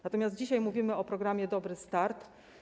Natomiast dzisiaj mówimy o programie „Dobry start”